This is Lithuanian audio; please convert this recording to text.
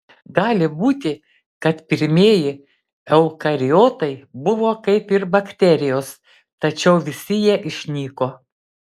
gali būti kad pirmieji eukariotai buvo kaip ir bakterijos tačiau visi jie išnyko